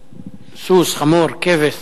סוס, חמור, כבש,